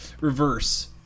reverse